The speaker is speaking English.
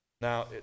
Now